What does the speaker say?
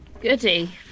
Goody